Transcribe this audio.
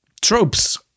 tropes